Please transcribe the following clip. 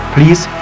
Please